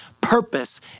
purpose